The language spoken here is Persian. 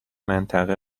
منطقه